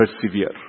persevere